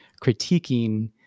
critiquing